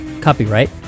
Copyright